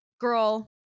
girl